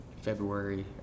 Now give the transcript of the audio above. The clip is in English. February